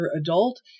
adult